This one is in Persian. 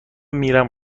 میرم